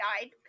died